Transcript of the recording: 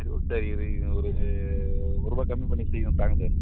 சரி ஓ சரி இருங்க ஒரு ஒருரூபா கம்மி பண்ணி சீக்கிரம் தாங்க சார்